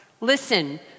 Listen